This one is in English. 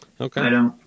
Okay